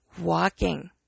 walking